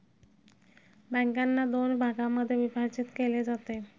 बँकांना दोन भागांमध्ये विभाजित केले जाते